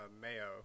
Mayo